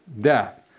death